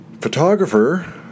Photographer